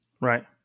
Right